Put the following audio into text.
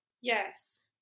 Yes